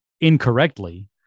incorrectly